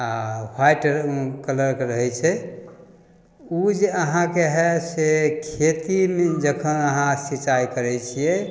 आओर व्हाइट कलरके रहै छै ओ जे अहाँके हइ से खेतीमे जखन अहाँ सिँचाइ करै छिए